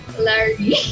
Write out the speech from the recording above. Larry